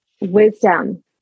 Wisdom